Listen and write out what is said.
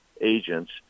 agents